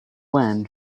when